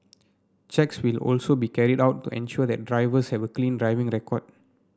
checks will also be carried out to ensure that drivers have a clean driving record